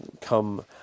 come